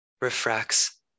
refracts